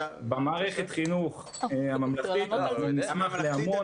במערכת חינוך הממלכתית אנחנו נשמח להמון